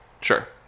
sure